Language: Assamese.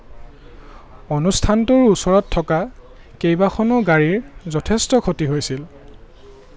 অনুষ্ঠানটোৰ ওচৰত থকা কেইবাখনো গাড়ীৰ যথেষ্ট ক্ষতি হৈছিল